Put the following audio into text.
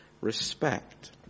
respect